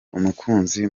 umuziki